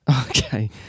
Okay